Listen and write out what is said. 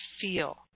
feel